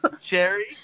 cherry